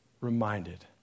reminded